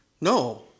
No